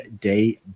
day